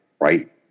right